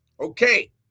Okay